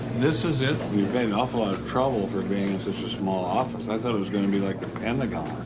this is it? you've made an awful ah of trouble for being and such a small office. i thought it was going to be like the pentagon.